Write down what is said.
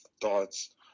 thoughts